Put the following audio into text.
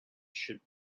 should